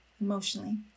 emotionally